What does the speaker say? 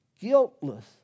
Guiltless